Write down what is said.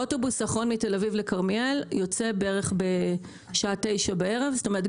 האוטובוס האחרון מתל אביב לכרמיאל יוצא בערך בשעה 21:00. זאת אומרת,